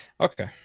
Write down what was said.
Okay